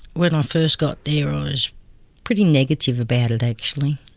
when i first got there i was pretty negative about it actually,